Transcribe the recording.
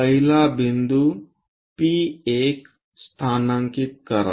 पहिला बिंदू P1 स्थानांकित करा